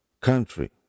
country